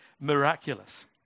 miraculous